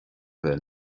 bheith